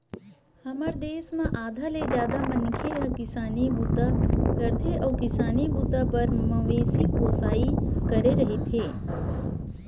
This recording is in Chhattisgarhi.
हमर देस म आधा ले जादा मनखे ह किसानी बूता करथे अउ किसानी बूता बर मवेशी पोसई करे रहिथे